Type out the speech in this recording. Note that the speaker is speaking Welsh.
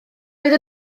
oedd